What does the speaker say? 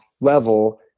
level